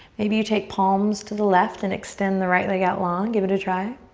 maybe you take palms to the left and extend the right leg out long. give it a try.